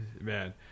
Man